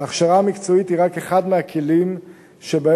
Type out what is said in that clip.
ההכשרה המקצועית היא רק אחד מהכלים שבהם